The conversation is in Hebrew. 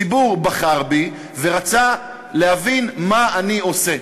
הציבור בחר בי ורצה להבין מה אני עושה,